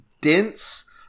dense